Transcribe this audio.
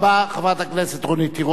חברת הכנסת רונית תירוש,